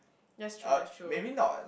that's true that's true